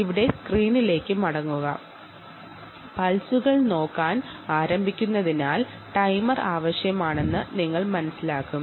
നിങ്ങൾ സ്ക്രീനിലേക്ക് നോക്കു പൾസുക ളെ അളക്കാൻ ആരംഭിക്കുന്നതിനാൽ ടൈമർ ആവശ്യമാണെന്ന് നിങ്ങൾ മനസ്സിലാക്കണം